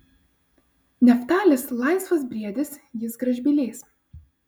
neftalis laisvas briedis jis gražbylys